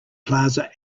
plaza